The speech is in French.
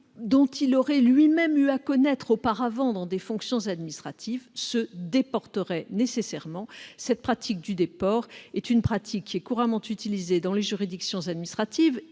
dont il aurait lui-même eu à connaître auparavant dans des fonctions administratives se déporterait nécessairement. Cette pratique est couramment utilisée dans les juridictions administratives